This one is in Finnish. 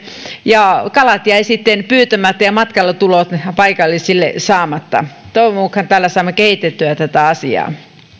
ja kalat jäivät sitten pyytämättä ja matkailutulot paikallisille saamatta toivon mukaan täällä saamme kehitettyä tätä asiaa